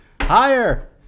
Higher